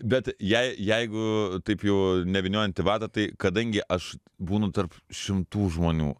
bet jei jeigu taip jau nevyniojant į vatą tai kadangi aš būnu tarp šimtų žmonių